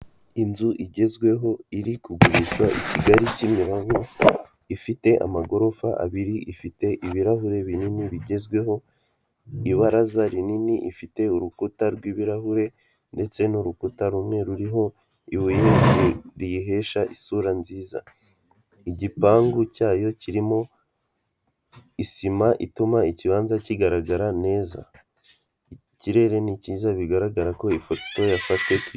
Inzu igezweho iri kugurisha i Kigali Kimironko, ifite amagorofa abiri, ifite ibirahure binini bigezweho, ibaraza rinini ifite urukuta rw'ibirahure, ndetse n'urukuta rumwe ruriho ibuye riyihesha isura nziza. Igipangu cyayo kirimo isima, ituma ikibanza kigaragara neza. Ikirere nikiza bigaragara ko ifoto yafashwe kisi.